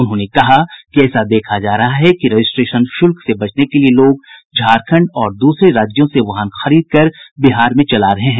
उन्होंने कहा कि ऐसा देखा जा रहा है कि रजिस्ट्रेशन शुल्क से बचने के लिए लोग झारखंड और दूसरे राज्यों से वाहन खरीदकर बिहार में चला रहे हैं